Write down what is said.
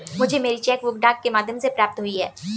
मुझे मेरी cheque book डाक के माध्यम से प्राप्त हुई है